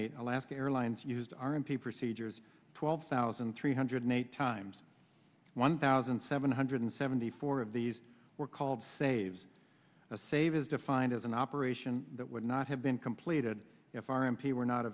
eight alaska airlines used r m p procedures twelve thousand three hundred eight times one thousand seven hundred seventy four of these were called saves a save is defined as an operation that would not have been completed if our m p were not